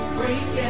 break